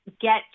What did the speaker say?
get